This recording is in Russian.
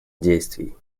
действий